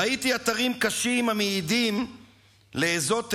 ראיתי אתרים קשים המעידים לאיזו תהום,